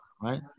right